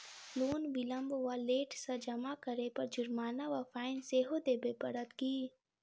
Loan विलंब वा late सँ जमा करै पर जुर्माना वा फाइन सेहो देबै पड़त की?